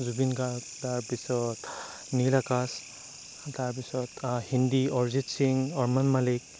জুবিন গাৰ্গ তাৰ পিছত নীল আকাশ তাৰ পিছত হিন্দী অৰিজিত সিং আৰমান মালিক